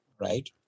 right